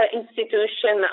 institution